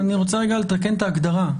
אני רוצה רגע לתקן את ההגדרה.